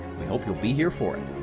we hope you'll be here for it.